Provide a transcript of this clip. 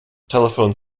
telephone